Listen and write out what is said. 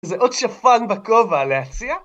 זה עוד שפן בכובע, להציע